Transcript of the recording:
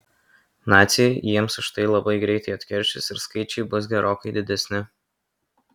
naciai jiems už tai labai greitai atkeršys ir skaičiai bus gerokai didesni